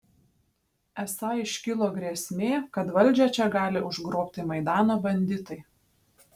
esą iškilo grėsmė kad valdžią čia gali užgrobti maidano banditai